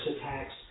attacks